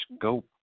go